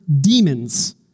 demons